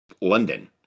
London